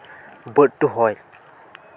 ᱵᱟᱹᱨᱰᱩ ᱦᱚᱭ